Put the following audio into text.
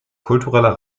kultureller